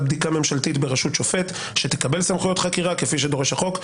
בדיקה ממשלתית בראשות שופט שתקבל סמכויות חקירה כפי שדורש החוק,